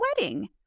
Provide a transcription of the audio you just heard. wedding